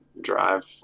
drive